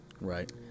Right